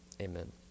Amen